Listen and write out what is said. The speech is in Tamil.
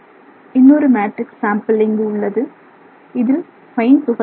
இன்னொரு மேட்ரிக்ஸ் சாம்பிள் இங்கு உள்ளது இதில் பைன் துகள்கள் உள்ளன